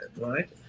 right